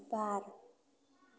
बार